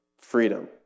freedom